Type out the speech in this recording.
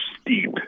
steep